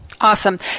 awesome